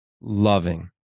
loving